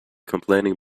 complaining